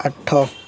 ଆଠ